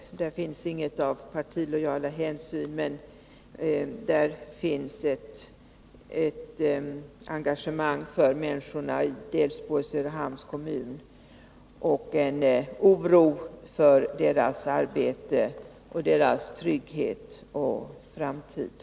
Där finns inget av partilojala hänsyn, men där finns ett engagemang för människorna i Delsbo och i Söderhamns kommun och en oro för deras arbete och trygghet för framtiden.